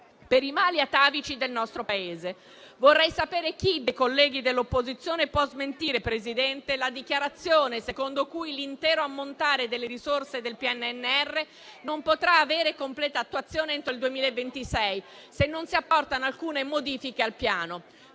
per i mali atavici del nostro Paese. Vorrei sapere chi dei colleghi dell'opposizione può smentire, Presidente, la dichiarazione secondo cui l'intero ammontare delle risorse del PNRR non potrà avere completa attuazione entro il 2026, se non si apportano alcune modifiche al Piano,